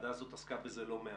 הוועדה הזאת עסקה בזה לא מעט,